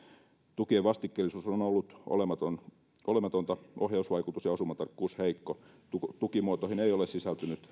tukien vastikkeellisuus on on ollut olematonta olematonta ohjausvaikutus ja osumatarkkuus heikko tukimuotoihin ei ole sisältynyt